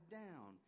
down